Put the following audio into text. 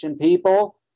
people